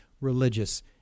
religious